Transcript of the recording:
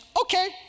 okay